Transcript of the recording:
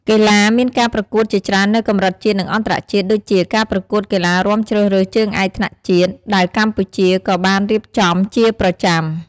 កីឡារមានការប្រកួតជាច្រើននៅកម្រិតជាតិ និងអន្តរជាតិ ដូចជា ការប្រកួតកីឡារាំជ្រើសរើសជើងឯកថ្នាក់ជាតិ ដែលកម្ពុជាក៏បានរៀបចំជាប្រចាំ។